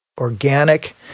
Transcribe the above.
organic